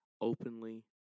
openly